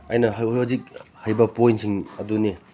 ꯑꯩꯅ ꯍꯧꯖꯤꯛ ꯍꯥꯏꯕ ꯄꯣꯏꯟꯁꯤꯡ ꯑꯗꯨꯅꯤ